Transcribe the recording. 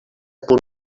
punt